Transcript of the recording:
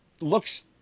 looks